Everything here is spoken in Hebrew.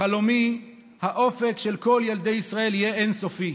בחלומי האופק של כל ילדי ישראל יהיה אין-סופי,